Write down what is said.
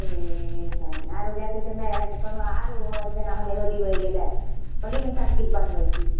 ठीक हइ आरो जे कहै छै कोनो आरो हो जेना होली होइ गेलै होलीमे सब की बनबै छी